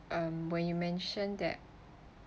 um when you mentioned that